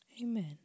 Amen